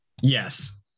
yes